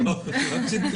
עליה.